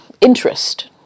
interest